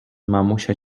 mamusia